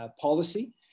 policy